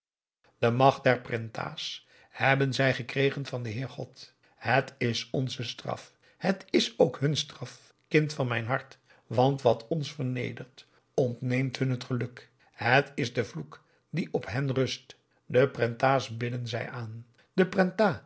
de macht der prentahs hebben zij gekregen van den heer god het is onze straf het is ook hun straf kind van mijn hart want wat ons vernedert ontneemt hun het geluk het is de vloek die op hen rust de prentahs bidden zij aan de